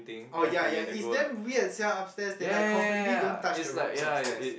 orh ya ya it's damn weird sia upstairs they like completely don't touch the rooms upstairs